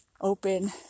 open